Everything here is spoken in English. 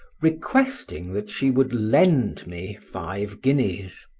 requesting that she would lend me five guineas.